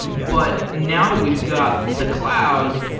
but now that we've got the cloud,